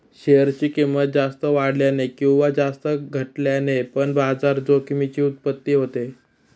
share ची किंमत जास्त वाढल्याने किंवा जास्त घटल्याने पण बाजार जोखमीची उत्पत्ती होते